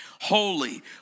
Holy